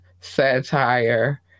satire